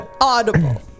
audible